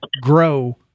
grow